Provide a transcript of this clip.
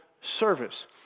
service